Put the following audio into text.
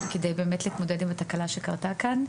כדי באמת להתמודד עם התקלה שקרתה כאן,